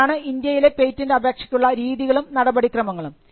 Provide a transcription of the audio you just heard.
ഇതാണ് ഇന്ത്യയിലെ പേറ്റന്റ് അപേക്ഷയ്ക്കുള്ള രീതികളും നടപടിക്രമങ്ങളും